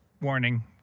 warning